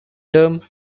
term